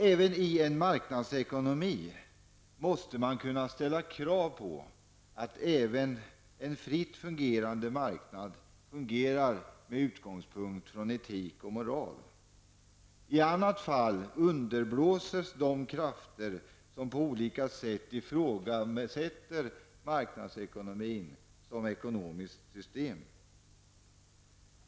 Även i en marknadsekonomi måste man kunna ställa krav på att en fritt fungerande marknad skall fungera med utgångspunkt i etik och moral. I annat fall underblåses de krafter som på olika sätt ifrågasätter marknadsekonomin som ekonomiskt system.